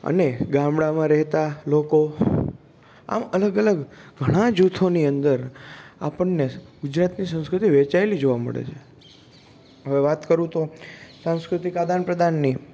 અને ગામડામાં રહેતા લોકો આમ અલગ અલગ ઘણા જૂથોની અંદર આપણને ગુજરાતની સંસ્કૃતિ વહેંચાયેલી જોવા મળે છે હવે વાત કરું તો સાંસ્કૃતિક આદાન પ્રદાનની